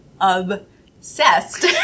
obsessed